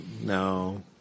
No